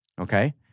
Okay